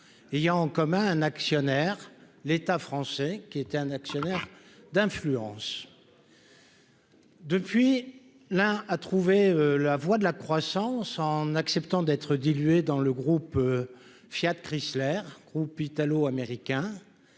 ayant commun un actionnaire, l'État français qui était un actionnaire d'influence. Depuis la à trouver la voie de la croissance en acceptant d'être diluées dans le groupe Fiat, Chrysler groupe italo-américain